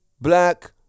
black